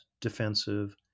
defensive